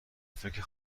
فکر